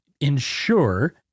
ensure